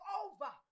over